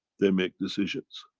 they make decisions